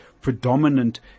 predominant